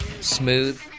smooth